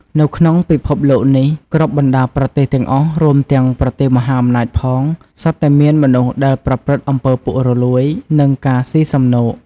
នៅក្នុងពិភពលោកនេះ គ្រប់បណ្ដាប្រទេសទាំងអស់ រួមទាំងប្រទេសមហាអំណាចផង សុទ្ធតែមានមនុស្សដែលប្រព្រឹត្តអំពើពុករលួយ និងការស៊ីសំណូក។